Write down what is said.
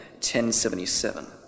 1077